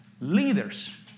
Leaders